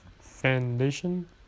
foundation